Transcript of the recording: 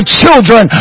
children